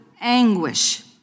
anguish